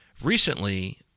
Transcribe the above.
Recently